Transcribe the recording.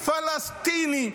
פלסטיני,